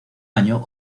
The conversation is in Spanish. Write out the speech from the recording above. año